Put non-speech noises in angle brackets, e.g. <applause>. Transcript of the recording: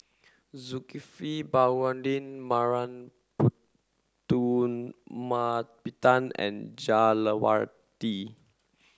Zulkifli Baharudin <unintelligible> <noise> Putumaippittan and Jah Lelawati